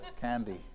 Candy